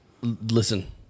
Listen